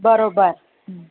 बरोबर